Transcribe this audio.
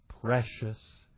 precious